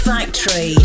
Factory